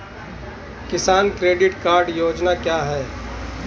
किसान credit card योजना क्या है?